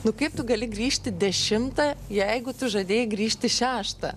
nu kaip tu gali grįžti dešimtą jeigu tu žadėjai grįžti šeštą